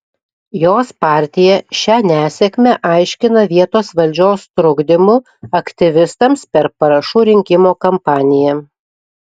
jos partija šią nesėkmę aiškina vietos valdžios trukdymu aktyvistams per parašų rinkimo kampaniją